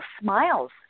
smiles